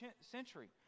century